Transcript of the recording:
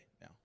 now